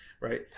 Right